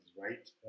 right